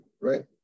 right